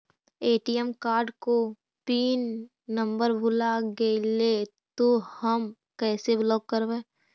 ATM card को pin number भुला गैले तौ हम कैसे ब्लॉक करवै?